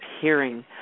hearing